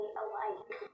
alike